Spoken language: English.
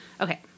okay